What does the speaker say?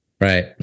Right